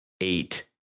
eight